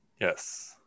Yes